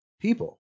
people